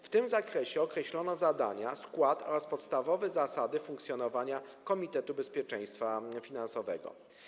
W tym zakresie określono zadania, skład oraz podstawowe zasady funkcjonowania komitetu bezpieczeństwa finansowego.